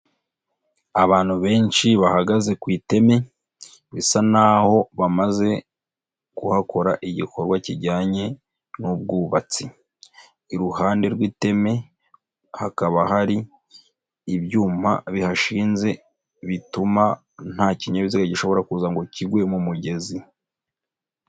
Abantu benshi bahagaze ku iteme, bisa naho bamaze kuhakora igikorwa kijyanye n'ubwubatsi. Iruhande rw'iteme hakaba hari ibyuma bihashinze bituma nta kinyabiziga gishobora kuza ngo kigwe mu mugezi.